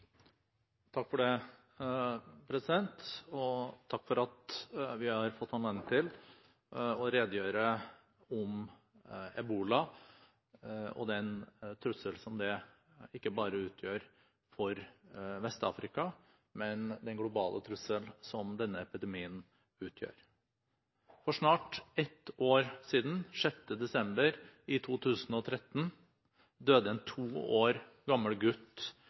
Takk for at vi har fått anledning til å redegjøre om ebola og den trusselen som denne epidemien utgjør ikke bare for Vest-Afrika, men også globalt. For snart et år siden, den 6. desember 2013, døde en to år gammel gutt